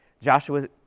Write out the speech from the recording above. Joshua